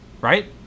Right